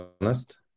honest